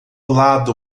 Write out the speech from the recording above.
lado